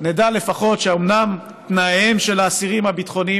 נדע לפחות שאומנם תנאיהם של האסירים הביטחוניים